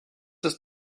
ist